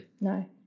no